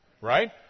right